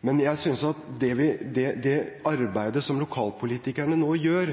Men det arbeidet som lokalpolitikerne nå gjør,